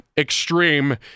extreme